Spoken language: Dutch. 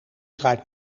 draait